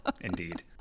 Indeed